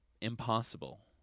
impossible